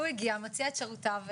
הוא הגיע מציע את שירותיו,